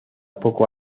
poco